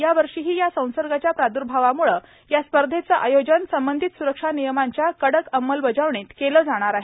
या वर्षीही या संसर्गाच्या प्रादुर्भावामुळे या स्पर्धेचं आयोजन संबंधित सुरक्षा नियमांच्या कडक अंमलबजावणीत केलं जाणार आहे